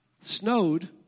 snowed